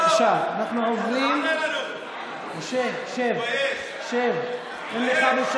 56 חברי כנסת בעד, שבעה חברי